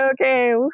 okay